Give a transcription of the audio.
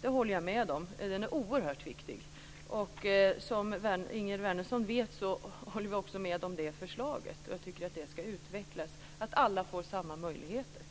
Det håller jag med om. Som Ingegerd Wärnersson vet så står vi bakom det förslaget, och jag tycker att det ska utvecklas, så att alla får samma möjligheter.